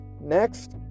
Next